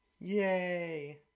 Yay